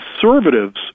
conservatives